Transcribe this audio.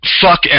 fuck